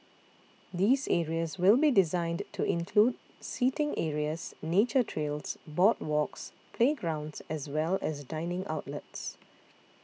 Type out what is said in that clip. these areas will be designed to include seating areas nature trails boardwalks playgrounds as well as dining outlets